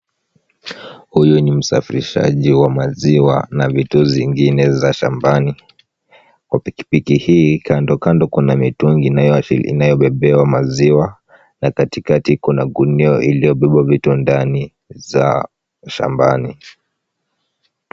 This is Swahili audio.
Huyu ni msafirishaji wa maziwa na vitu zingine za shambani. Kwa pikipiki hii kando kando kuna mitungi inayobebewa maziwa na katikati kuna gunia iliyobeba vitu ndani za shambani.